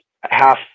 half